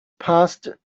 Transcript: passed